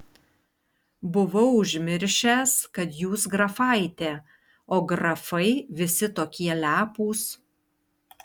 buvau užmiršęs kad jūs grafaitė o grafai visi tokie lepūs